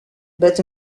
but